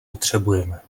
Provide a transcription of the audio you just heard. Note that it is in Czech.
potřebujeme